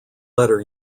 letter